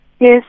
Yes